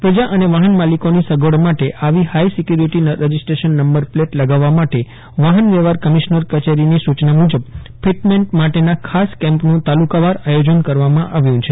પ્રજા અને વાહન માલિકોની સગવડ માટે આવી high security registration number plate લગાવવા માટે વાહન વ્યવહાર કમિશનર કચેરીની સૂચના મુજબ ફીટમેન્ટ માટેના ખાસ કેમ્પનું તાલુકાવાર આયોજન કરવામાં આવ્યું છે